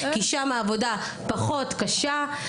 כי שם העבודה פחות קשה.